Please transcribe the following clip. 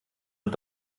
mit